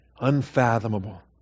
Unfathomable